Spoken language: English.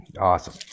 Awesome